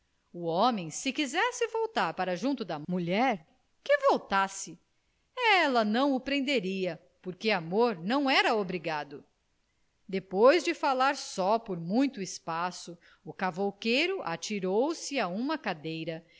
o homem se quisesse voltar para junto da mulher que voltasse ela não o prenderia porque amor não era obrigado depois de falar só por muito espaço o cavouqueiro atirou-se a uma cadeira